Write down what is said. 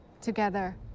together